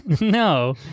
No